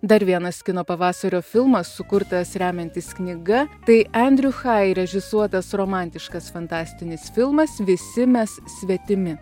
dar vienas kino pavasario filmas sukurtas remiantis knyga tai andrew haigh režisuotas romantiškas fantastinis filmas visi mes svetimi